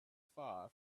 far